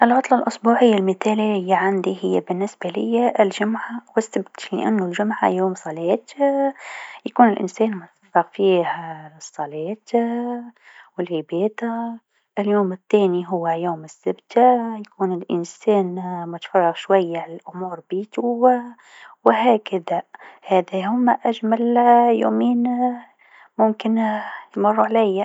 العطلة الأسبوعيه المثاليه لعندي هي بالنسبه ليا الجمعه و السبت لأن الجمعه هو يوم صلاة يكون الانسان فيه متفرغ فيه للصلاة و العباده، اليوم الثاني هو يوم السبت يكون الانسان متفرغ لأمور بيتو و هكذا هذا هوما أجمل يومين يمكن يمرو عليا.